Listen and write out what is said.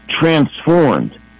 transformed